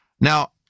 Now